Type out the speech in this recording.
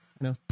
No